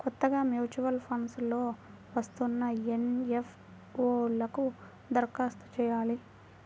కొత్తగా mutual funds లో వస్తున్న ఎన్.ఎఫ్.ఓ లకు దరఖాస్తు చెయ్యాలి